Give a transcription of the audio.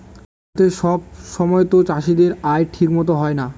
ভারতে সব সময়তো চাষীদের আয় ঠিক মতো হয় না